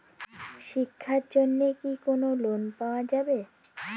শিক্ষার জন্যে কি কোনো লোন পাওয়া যাবে?